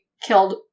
killed